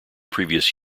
previous